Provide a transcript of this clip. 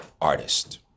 artist